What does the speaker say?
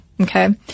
Okay